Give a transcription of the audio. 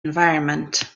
environment